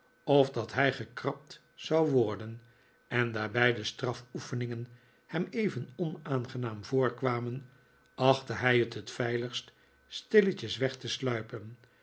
of dat hij gekrabd zou worden en daar beide strafoefeningen hem even onaangenaam voorkwamen achtte hij het t veiligst stilletjes weg te sluipen